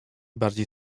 bardziej